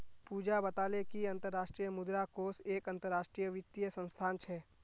पूजा बताले कि अंतर्राष्ट्रीय मुद्रा कोष एक अंतरराष्ट्रीय वित्तीय संस्थान छे